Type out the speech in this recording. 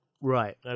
Right